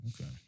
okay